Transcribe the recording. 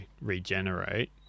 regenerate